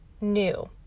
new